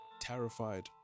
terrified